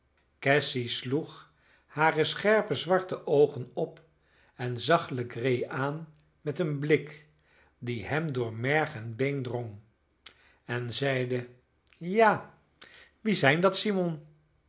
cassy sloeg hare scherpe zwarte oogen op en zag legree aan met een blik die hem door merg en been drong en zeide ja wie zijn dat simon